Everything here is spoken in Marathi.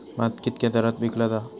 भात कित्क्या दरात विकला जा?